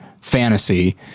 fantasy